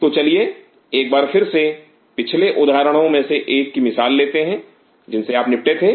तो चलिए एक बार फिर से पिछले उदाहरणों में से एक की मिसाल लेते हैं जिनसे आप निपटे थे